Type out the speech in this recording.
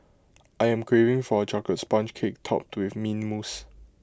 I am craving for A Chocolate Sponge Cake Topped with Mint Mousse